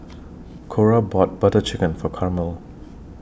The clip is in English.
Cora bought Butter Chicken For Carmel